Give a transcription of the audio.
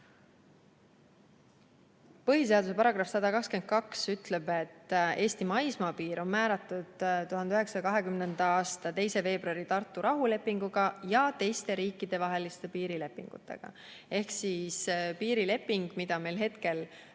Põhiseaduse § 122 ütleb, et Eesti maismaapiir on määratud 1920. aasta 2. veebruari Tartu rahulepinguga ja teiste riikidevaheliste piirilepingutega. Ehk piirilepingut meil hetkel